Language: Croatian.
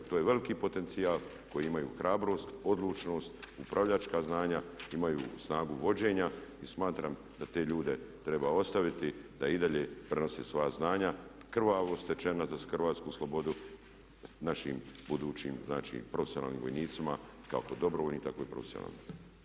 To je veliki potencijal koji imaju, hrabrost, odlučnost, upravljačka znanja, imaju snagu vođenja i smatram da te ljude treba ostaviti da i dalje prenose svoja znanja krvavo stečena za hrvatsku slobodu našim budućim znači profesionalnim vojnicima kako dobrovoljnim tako i profesionalnim.